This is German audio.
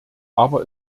aber